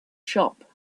shop